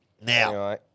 Now